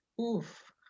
Oof